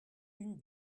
une